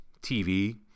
TV